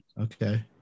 Okay